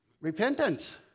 Repentance